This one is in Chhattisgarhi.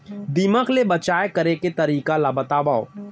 दीमक ले बचाव करे के तरीका ला बतावव?